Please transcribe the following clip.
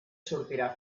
sortirà